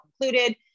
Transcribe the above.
included